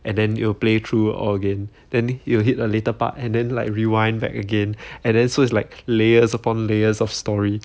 and then it'll play through all again then you will hit a later part and then like rewind back again and then so is like layers upon layers of story